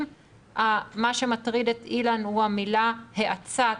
אם מה שמטריד את אילן הוא המילה "האצה"